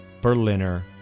Berliner